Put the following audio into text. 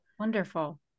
Wonderful